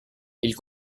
ils